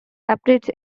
separates